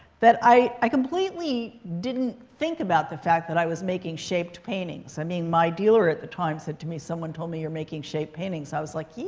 that i i completely didn't think about the fact that i was making shaped paintings. i mean my dealer at the time said to me, someone told me you're making shape paintings. i was like, yeah?